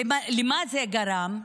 ולמה זה גרם?